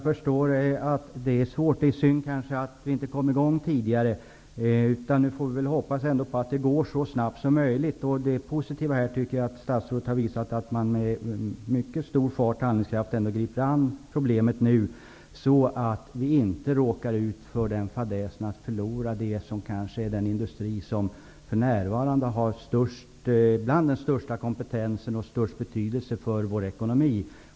Fru talman! Det är synd att vi inte kom i gång tidigare. Nu får vi hoppas på att det ändå går så snabbt som möjligt. Det positiva är att statsrådet här har visat att man nu med mycket stor fart och handlingskraft griper sig an problemet, så att vi inte råkar ut för fadäsen att förlora den industri som hör till dem som för närvarande har den största kompetensen och den största betydelsen för vår ekonomi.